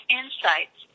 insights